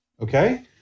Okay